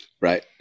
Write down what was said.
Right